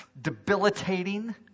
debilitating